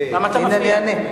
למה אתה מפריע?